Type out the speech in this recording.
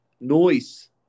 noise